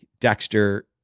Dexter